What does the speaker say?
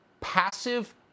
passive